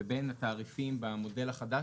לבין התעריפים במודל החדש,